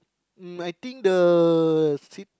um I think the seat